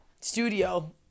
studio